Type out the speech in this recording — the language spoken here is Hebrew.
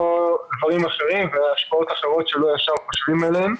דברים אחרים והשפעות אחרות שלא ישר חושבים עליהן.